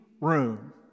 room